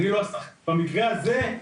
במקרה הזה,